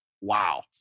Wow